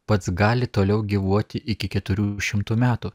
pats gali toliau gyvuoti iki keturių šimtų metų